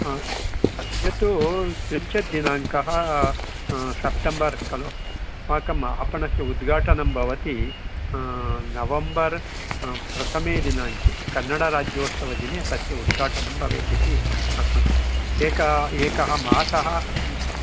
ह अद्य तु त्रिंशत् दिनाङ्कः सेप्टेम्बर् खलु अस्माकम् आपणस्य उद्घाटनं भवति नवम्बर् प्रथमे दिनाङ्के कन्नडराज्योत्सवदिने तस्य उद्घाटनं भवेत् इति अस्माकम् एकः एकः मासः ह्म्